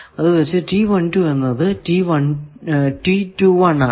അത് വച്ച് എന്നത് ആണ്